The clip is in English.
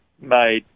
made